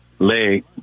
leg